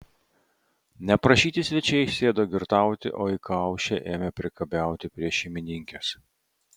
neprašyti svečiai sėdo girtauti o įkaušę ėmė priekabiauti prie šeimininkės